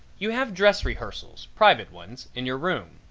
you have dress rehearsals private ones in your room.